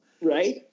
Right